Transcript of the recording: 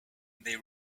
they